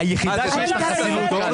את היחידה שיש לה חסינות כאן,